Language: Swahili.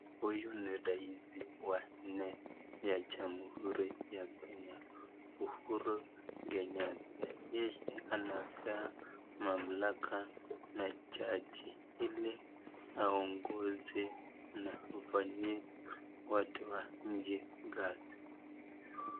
Huyu ni rais wa nne wa jamhuri ya Kenya Uhuru Kenyata. Yeye anapewa mamlaka na jaji ili aongoze na afanyie watu wa nchi kazi.